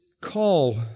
call